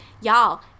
Y'all